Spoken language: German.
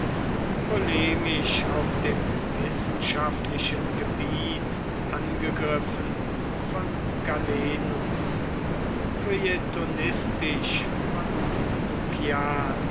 polemisch auf dem wissenschaftlichen gebiet angegriffen von galenus feuilletonistisch von